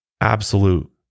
absolute